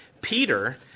Peter